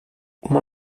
uma